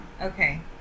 Okay